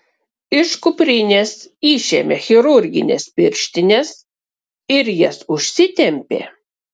iš kuprinės išėmė chirurgines pirštines ir jas užsitempė